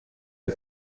der